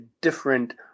different